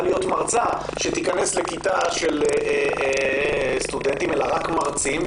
להיות מרצות שייכנסו לכיתה של סטודנטים אלא רק מרצים,